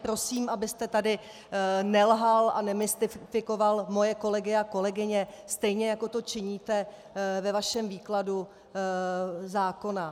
Prosím, abyste tady nelhal a nemystikoval moje kolegy a kolegyně, stejně jako to činíte ve vašem výkladu zákona.